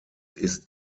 ist